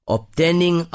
Obtaining